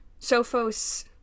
Sophos